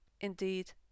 Indeed